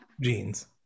jeans